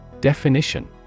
Definition